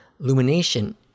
Lumination